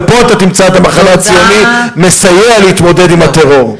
ופה אתה תמצא את המחנה הציוני מסייע להתמודד עם הטרור.